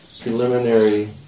preliminary